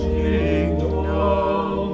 kingdom